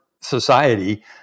society